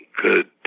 Good